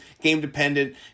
game-dependent